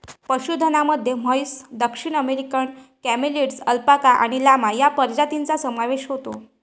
पशुधनामध्ये म्हैस, दक्षिण अमेरिकन कॅमेलिड्स, अल्पाका आणि लामा या प्रजातींचा समावेश होतो